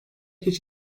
hiç